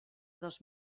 dos